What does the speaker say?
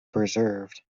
preserved